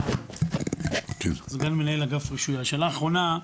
השאלה האחרונה.